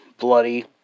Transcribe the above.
bloody